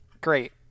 great